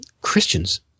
Christians